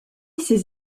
ses